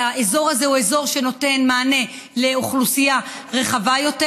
האזור הזה נותן מענה לאוכלוסייה רחבה יותר.